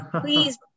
Please